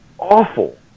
awful